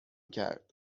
کرد